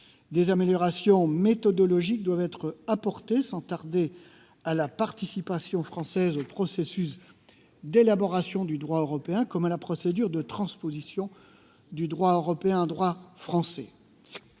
Des améliorations méthodologiques doivent être apportées sans tarder à la participation française au processus d'élaboration du droit européen comme à la procédure de transposition du droit européen en droit français.